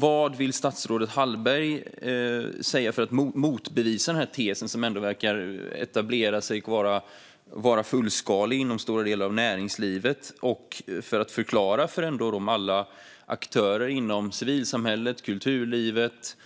Vad vill statsrådet Hallberg säga för att motbevisa den tes som ändå verkar etablera sig och vara fullskalig inom stora delar av näringslivet? Och vad vill hon säga för att förklara för alla aktörer inom civilsamhället, kulturlivet